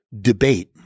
debate